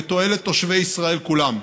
לתועלת תושבי ישראל כולם.